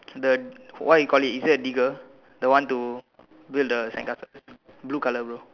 the what you call it is it a digger the one to build the sandcastle blue colour bro